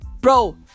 bro